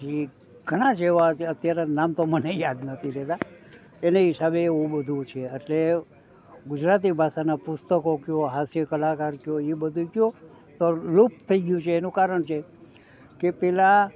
પછી ઘણાં જ એવા અત્યારે નામ તો મને યાદ નથી રહેતા એને હિસાબે એવું બધું છે એટલે ગુજરાતી ભાષાના પુસ્તકો કયો હાસ્ય કલાકાર કયો એ બધું ય ક્યાં તો લુપ્ત થઈ ગયું છે એનું કારણ છે કે પહેલા